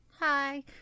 Hi